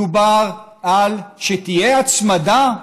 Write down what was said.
דובר שתהיה הצמדה,